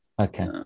Okay